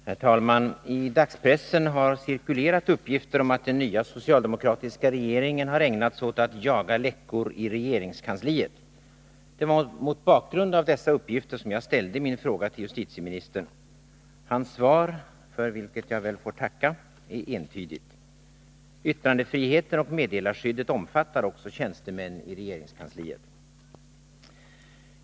Herr talman! I dagspressen har uppgifter cirkulerat om att den nya socialdemokratiska regeringen har ägnat sig åt att jaga ”läckor” i regeringskansliet. Det var mot bakgrund av dessa uppgifter som jag ställde min fråga till justitieministern. Hans svar, för vilket jag väl får tacka, är entydigt. Yttrandefriheten och meddelarskyddet omfattar också tjänstemän i regeringskansliet.